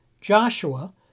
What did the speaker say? Joshua